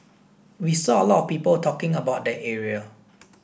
we saw a lot of people talking about that area